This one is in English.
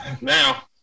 now